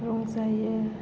रंजायो